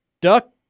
duck